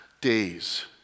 days